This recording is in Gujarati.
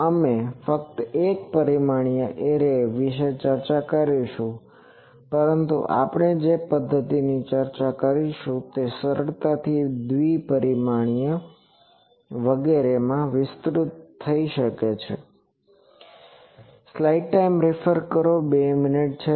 અમે ફક્ત એક પરિમાણીય એરે વિશે ચર્ચા કરીશું પરંતુ આપણે જે પદ્ધતિની ચર્ચા કરીશું તે સરળતાથી બે પરિમાણીય એરે વગેરેમાં વિસ્તૃત થઈ શકે છે